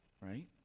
right